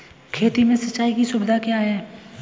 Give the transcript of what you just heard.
खेती में सिंचाई की सुविधा क्या है?